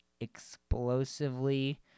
explosively